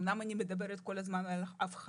אומנם אני מדברת כל הזמן על הפחתות,